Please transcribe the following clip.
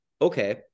okay